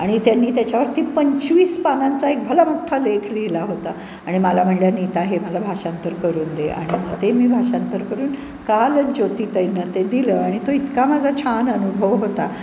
आणि त्यांनी त्याच्यावरती पंचवीस पानांचा एक भलामोठ्ठा लेख लिहिला होता आणि मला म्हणल्या नीता हे मला भाषांतर करून दे आणि ते मी भाषांतर करून कालच ज्योतीताईना ते दिलं आणि तो इतका माझा छान अनुभव होता